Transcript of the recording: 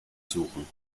suchen